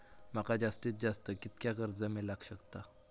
माका जास्तीत जास्त कितक्या कर्ज मेलाक शकता?